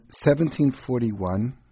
1741